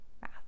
math